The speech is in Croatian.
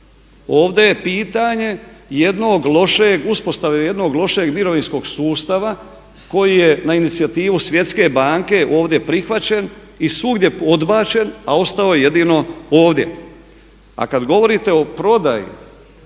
Ovdje je pitanje jednog lošeg, uspostave jednog lošeg mirovinskog sustava koji je na inicijativu Svjetske banke ovdje prihvaćen i svugdje odbačen, a ostao je jedino ovdje. A kad govorite o prodaji,